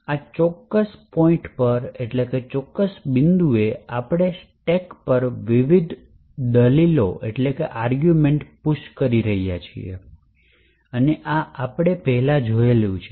આ ચોક્કસ બિંદુએ આપણે સ્ટેક પર વિવિધ દલીલો પુશ કરી રહ્યા છીએ અને આ આપણે પહેલાં જોયું છે